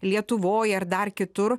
lietuvoj ar dar kitur